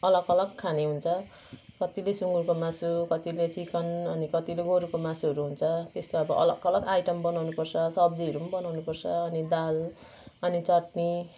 अलग अलग खाने हुन्छ कतिले सुगुरको मासु कतिले चिकन अनि कतिले गोरुको मासुहरू हुन्छ त्यसलाई अब अलग अलग आइटम बनाउनुपर्छ सब्जीहरू पनि बनाउनुपर्छ अनि दाल अनि चटनी